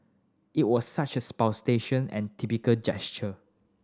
it was such a and typical gesture